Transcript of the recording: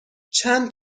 چند